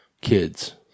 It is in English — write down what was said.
kids